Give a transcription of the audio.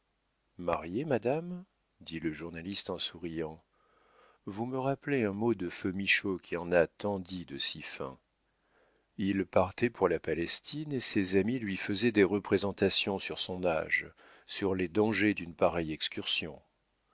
mariée madame dit le journaliste en souriant vous me rappelez un mot de feu michaud qui en a tant dit de si fins il partait pour la palestine et ses amis lui faisaient des représentations sur son âge sur les dangers d'une pareille excursion